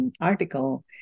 article